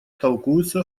толкуются